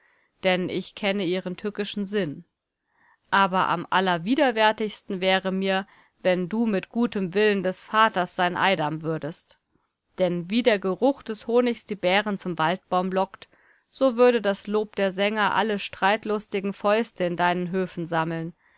denn ich kenne ihren tückischen sinn aber am allerwiderwärtigsten wäre mir wenn du mit gutem willen des vaters sein eidam würdest denn wie der geruch des honigs die bären zum waldbaum lockt so würde das lob der sänger alle streitlustigen fäuste in deinen höfen sammeln